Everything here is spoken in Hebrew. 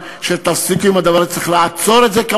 אבל אפשר לפתור את זה,